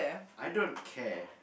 I don't care